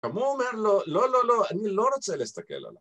גם הוא אומר 'לא, לא, לא, אני לא רוצה להסתכל עליו'